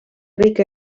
ric